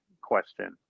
question